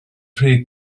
rhy